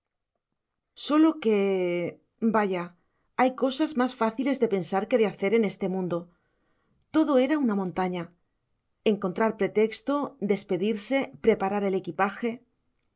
sólo que vaya hay cosas más fáciles de pensar que de hacer en este mundo todo era una montaña encontrar pretexto despedirse preparar el equipaje